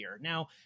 Now